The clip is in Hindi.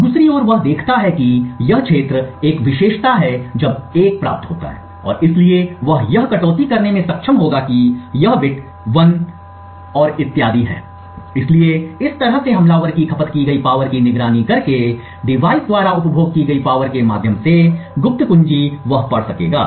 दूसरी ओर वह देखता है कि यह क्षेत्र एक विशेषता है जब 1 प्राप्त होता है और इसलिए वह यह कटौती करने में सक्षम होगा कि यह बिट 1 इत्यादि इसलिए इस तरह से हमलावर की खपत की गई पावर की निगरानी करके डिवाइस द्वारा उपभोग की गई पावर के माध्यम से गुप्त कुंजी ही वह पढ़ सकेगा